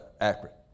accurate